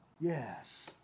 Yes